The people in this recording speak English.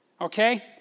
Okay